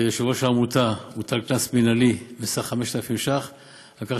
יושבת-ראש העמותה הוטל קנס מינהלי אישי בסך 5,000 ש"ח על כך